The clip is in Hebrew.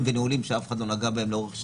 ונעולים ואף אחד לא נגע בהם לאורך שנים.